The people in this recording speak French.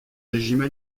régimes